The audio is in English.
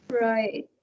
Right